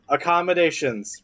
Accommodations